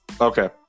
Okay